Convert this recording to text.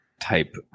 type